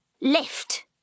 lift